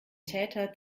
täter